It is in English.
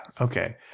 Okay